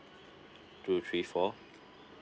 two three four